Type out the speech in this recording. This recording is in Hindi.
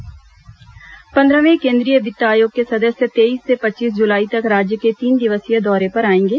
केंद्रीय वित्त आयोग दौरा पन्द्रहवें केन्द्रीय वित्त आयोग के सदस्य तेईस से पच्चीस जुलाई तक राज्य के तीन दिवसीय दौरे पर आएंगे